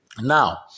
Now